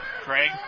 Craig